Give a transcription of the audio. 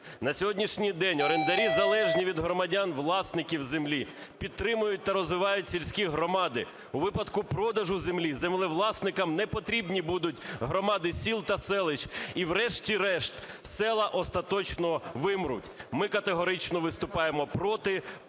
На сьогоднішні день орендарі залежні від громадян власників землі, підтримують та розвивають сільські громади, у випадку продажу землі землевласникам не потрібні будуть громади сіл та селищ, і врешті-решт села остаточно вимруть. Ми категорично виступаємо проти